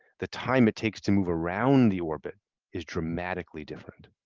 the time it takes to move around the orbit is dramatically different.